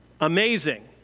amazing